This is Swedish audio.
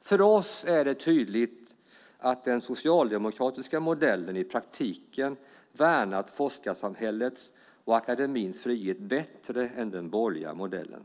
För oss är det tydligt att den socialdemokratiska modellen i praktiken värnat forskarsamhällets och akademins frihet bättre än den borgerliga modellen.